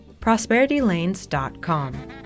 ProsperityLanes.com